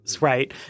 Right